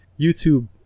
YouTube